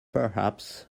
perhaps